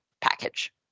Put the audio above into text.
package